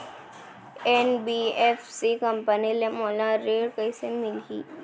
NBFC company ले मोला ऋण कइसे मिलही?